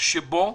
שבו